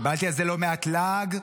קיבלתי על זה לא מעט לעג.